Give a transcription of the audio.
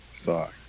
Sorry